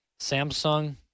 Samsung